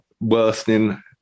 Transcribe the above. worsening